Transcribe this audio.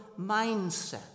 mindset